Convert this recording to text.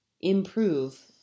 improve